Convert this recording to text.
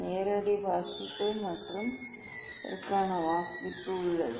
நேரடி வாசிப்பு மற்றும் இதற்கான வாசிப்பு உள்ளது